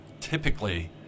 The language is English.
typically